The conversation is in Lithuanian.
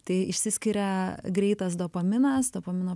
tai išsiskiria greitas dopaminas dopamino